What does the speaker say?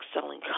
selling